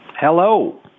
Hello